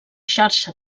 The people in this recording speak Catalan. xarxa